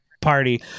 Party